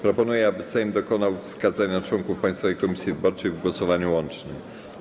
Proponuję, aby Sejm dokonał wskazania członków Państwowej Komisji Wyborczej w głosowaniu łącznym.